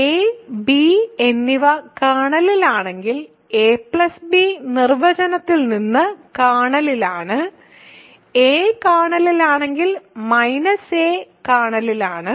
a b എന്നിവ കേർണലിലാണെങ്കിൽ ab നിർവചനത്തിൽ നിന്ന് കേർണലിലാണ് a കേർണലിലാണെങ്കിൽ a കേർണലിലാണ്